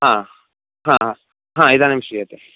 आ हा हा इदानीं श्रूयते